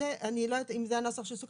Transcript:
אז זה, אני לא יודעת אם זה הנוסח שסוכם.